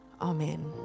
Amen